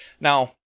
now